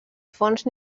fonts